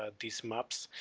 ah these maps.